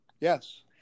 Yes